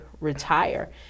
retire